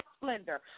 splendor